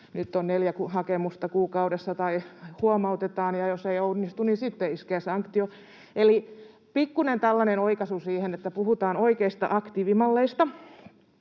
Nyt on neljä hakemusta kuukaudessa tai huomautetaan, ja jos ei onnistu, niin sitten iskee sanktio. Eli tällainen pikkunen oikaisu siihen, että puhutaan oikeista aktiivimalleista.